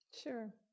Sure